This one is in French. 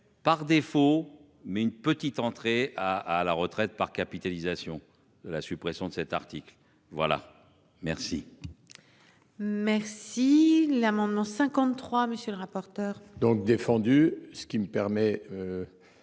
par défaut. Mais une petite entrée à à la retraite par capitalisation de la suppression de cet article voilà merci. Merci. Si l'amendement 53 monsieur le rapporteur. Donc défendu ce qui me permet.